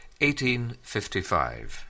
1855